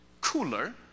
cooler